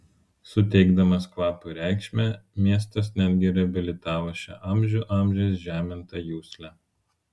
suteikdamas kvapui reikšmę miestas netgi reabilitavo šią amžių amžiais žemintą juslę